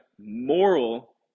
moral